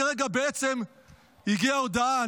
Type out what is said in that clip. אה, רגע, רגע, בעצם הגיעה הודעה.